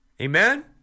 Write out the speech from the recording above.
Amen